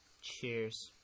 Cheers